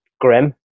grim